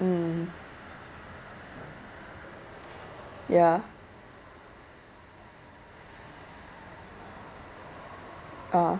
mm ya uh